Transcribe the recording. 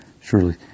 surely